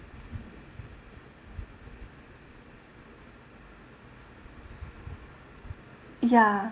ya